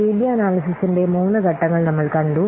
സിബി അനല്യ്സിസിന്റെ മൂന്ന് ഘട്ടങ്ങൾ നമ്മൾ കണ്ടു